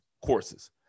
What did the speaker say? courses